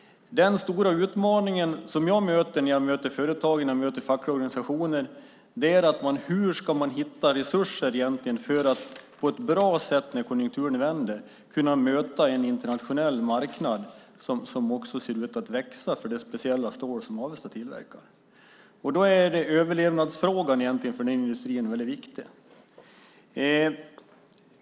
Den stora utmaning jag möter när jag möter företag och fackliga organisationer är frågan hur man ska hitta resurser för att på ett bra sätt när konjunkturen vänder kunna möta en internationell marknad för det speciella stål som tillverkas i Avesta, en marknad som också ser ut att växa. Då är det överlevnadsfrågan för industrin som är det viktiga.